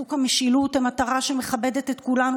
חיזוק המשילות היא מטרה שמכבדת את כולנו,